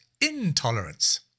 intolerance